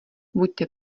buďte